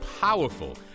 powerful